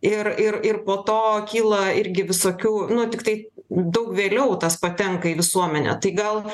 ir ir ir po to kyla irgi visokių nu tiktai daug vėliau tas patenka į visuomenę tai gal